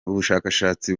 ubushakashatsi